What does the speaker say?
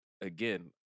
again